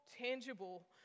tangible